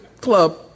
club